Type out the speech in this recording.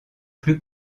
plus